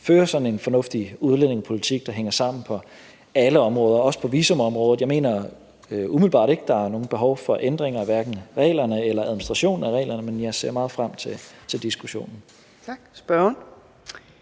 fører sådan en fornuftig udlændingepolitik, der hænger sammen på alle områder og også på visumområdet. Jeg mener umiddelbart ikke, der er noget behov for ændringer af hverken reglerne eller administrationen af reglerne, men jeg ser meget frem til diskussionen. Kl. 14:30